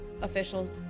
officials